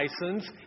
license